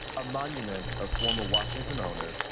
a monument, a former washington owner,